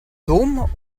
dom